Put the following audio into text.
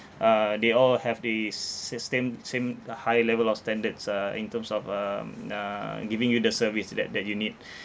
uh they all have the s~ stem same uh high level of standards uh in terms of um uh giving you the service that that you need